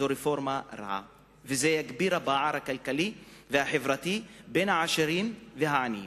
זו רפורמה רעה וזה יגביר את הפער הכלכלי והחברתי בין העשירים לעניים.